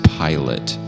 pilot